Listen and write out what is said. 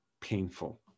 painful